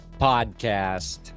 podcast